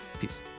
Peace